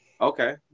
Okay